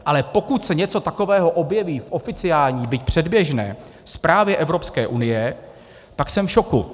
Ale pokud se něco takového objeví v oficiální, byť předběžné zprávě Evropské unie, tak jsem v šoku.